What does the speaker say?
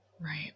Right